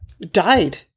died